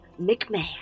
McMahon